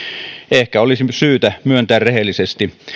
ehkä olisi myös syytä myöntää rehellisesti